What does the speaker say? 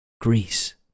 Greece